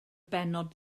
bennod